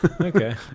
Okay